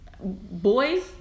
boys